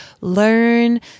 learn